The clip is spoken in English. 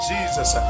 Jesus